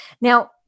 Now